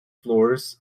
floors